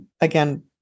again